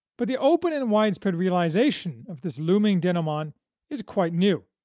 but the open and widespread realization of this looming denouement is quite new.